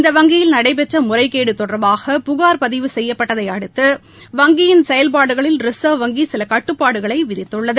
இந்த வங்கியில் நடைபெற்ற முறைகேடு தொடர்பாக புகார் பதிவு செய்யப்பட்டதை அடுத்து வங்கியின் செயல்பாடுகளில் ரிசர்வ் வங்கி சில கட்டுப்பாடுகளை விதித்துள்ளது